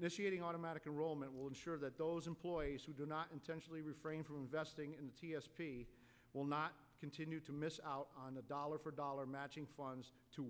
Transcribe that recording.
initiating automatic enrollment will ensure that those employees who do not intentionally refrain from investing in t s p will not continue to miss out a dollar for dollar matching funds to